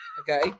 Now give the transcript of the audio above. Okay